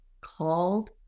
called